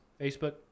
Facebook